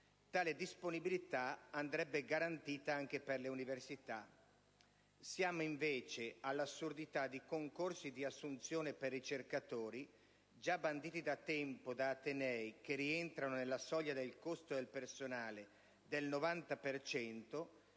Tale disponibilità andrebbe garantita anche per le università. Siamo invece all'assurdità di concorsi di assunzione per ricercatori, già banditi da tempo da atenei che rientrano nella soglia del costo del personale del 90